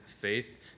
faith